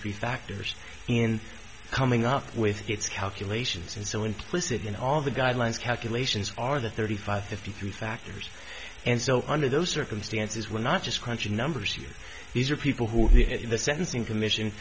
three factors in coming up with its calculations and so implicit in all the guidelines calculations are the thirty five fifty three factors and so under those circumstances we're not just crunching numbers here these are people who are here in the sentencing commission